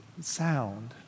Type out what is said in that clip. sound